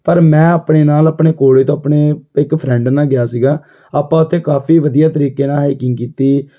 ਪਰ ਮੈਂ ਆਪਣੇ ਨਾਲ ਆਪਣੇ ਕੋਲੇਜ ਤੋਂ ਆਪਣੇ ਇੱਕ ਫਰੈਂਡ ਨਾਲ ਗਿਆ ਸੀਗਾ ਆਪਾਂ ਉੱਥੇ ਕਾਫ਼ੀ ਵਧੀਆ ਤਰੀਕੇ ਨਾਲ ਹਾਈਕਿੰਗ ਕੀਤੀ